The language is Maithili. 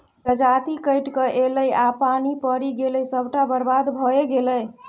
जजाति कटिकए ऐलै आ पानि पड़ि गेलै सभटा बरबाद भए गेलै